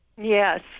Yes